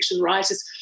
writers